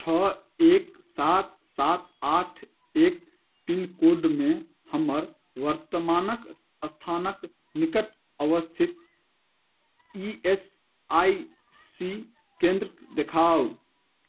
छओ एक सात सात आठ एक पिनकोडमे हमर वर्तमानक स्थानके निकट अवस्थित ई एस आइ सी केन्द्र देखाउ